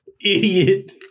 Idiot